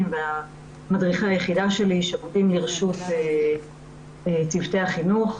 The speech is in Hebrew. ומדריכי היחידה שלי שעומדים לרשות צוותי החינוך.